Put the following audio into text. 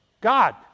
God